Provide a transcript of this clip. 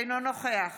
אינו נוכח